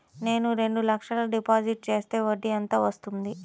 నేను రెండు లక్షల డిపాజిట్ చేస్తే వడ్డీ ఎంత వస్తుంది?